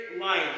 life